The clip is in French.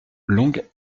longue